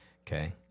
Okay